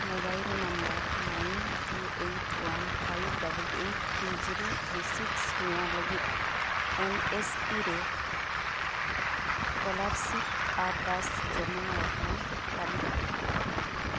mobile number nine two eight one five double eight three zero three six ᱱᱚᱣᱟ ᱞᱟᱜᱤᱫ N S P ᱨᱮ scholarship ᱟᱨᱫᱟᱥ ᱡᱚᱢᱟᱣᱟᱠᱟᱱ ᱛᱟᱞᱤᱠᱟ